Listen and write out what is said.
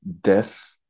death